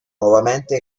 nuovamente